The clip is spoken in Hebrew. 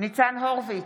ניצן הורוביץ,